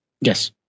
Yes